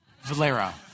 Valera